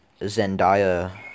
Zendaya